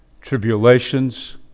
tribulations